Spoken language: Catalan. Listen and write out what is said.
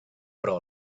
però